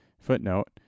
footnote